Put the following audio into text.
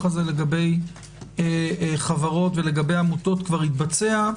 הזה לגבי חברות ולגבי עמותות כבר התבצע,